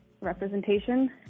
representation